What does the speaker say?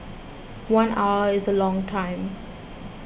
one hour is a long time